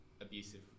abusive